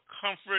comfort